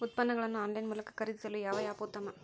ಉತ್ಪನ್ನಗಳನ್ನು ಆನ್ಲೈನ್ ಮೂಲಕ ಖರೇದಿಸಲು ಯಾವ ಆ್ಯಪ್ ಉತ್ತಮ?